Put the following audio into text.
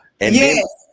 yes